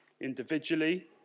individually